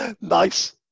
Nice